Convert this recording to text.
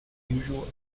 usual